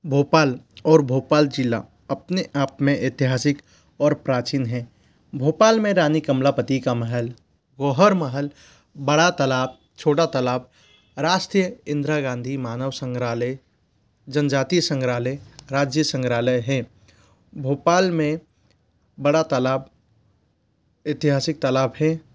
भोपाल और भोपाल ज़िला अपने आप में ऐतिहासिक और प्राचीन हैं भोपाल में रानी कमलावति का महल गौहर महल बड़ा तालाब छोटा तालाब राष्ट्रीय इंदिरा गांधी मानव संग्रहालय जनजाति संग्रहालय राज्य संग्रहालय हैं भोपाल में बड़ा तालाब ऐतिहासिक तालाब है